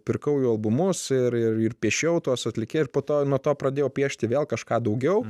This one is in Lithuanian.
pirkau jų albumus ir ir piešiau tuos atlikėją ir po to nuo to pradėjau piešti vėl kažką daugiau